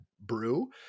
brew